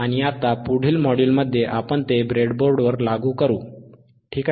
आणि आता पुढील मॉड्यूलमध्ये आपण ते ब्रेडबोर्डवर लागू करू ठीक आहे